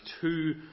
two